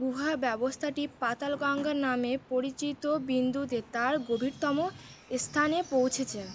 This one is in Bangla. গুহা ব্যবস্থাটি পাতালগঙ্গা নামে পরিচিত বিন্দুতে তার গভীরতম স্থানে পৌঁছেছে